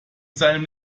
seinem